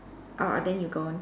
uh then you go on